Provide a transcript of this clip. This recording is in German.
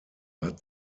hat